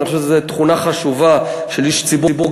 אני חושב שזו תכונה חשובה של איש ציבור.